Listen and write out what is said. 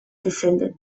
descended